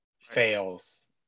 fails